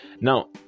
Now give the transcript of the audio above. now